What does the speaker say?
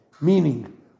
Meaning